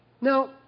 Now